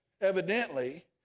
evidently